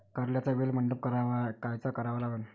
कारल्याचा वेल मंडप कायचा करावा लागन?